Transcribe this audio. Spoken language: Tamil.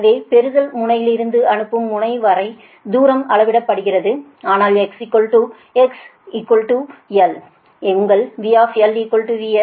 எனவே பெறுதல் முனையிலிருந்து அனுப்பும் முனை வரை தூரம் அளவிடப்படுகிறது அதனால் x x l உங்கள் V VS